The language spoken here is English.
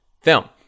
film